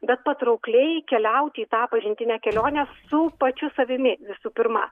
bet patraukliai keliauti į tą pažintinę kelionę su pačiu savimi visų pirma